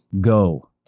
go